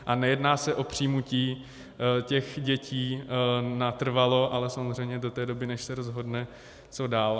A nejedná se o přijetí těch dětí natrvalo, ale samozřejmě do té doby, než se rozhodne, co dál.